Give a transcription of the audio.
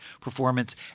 performance